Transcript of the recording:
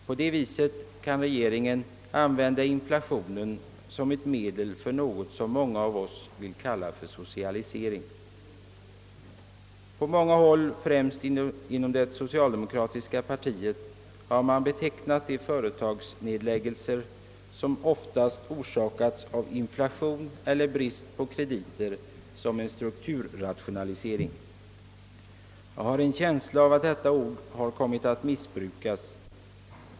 På det viset kan regeringen använda inflationen som ett medel för något som många av oss vill kalla socialisering. På många håll, främst inom det socialdemokratiska partiet, har man betecknat de företagsnedläggelser, som oftast orsakats av inflation eller brist på krediter, som en »strukturrationalisering». Jag har en känsla av att detta ord har kommit att missbrukas.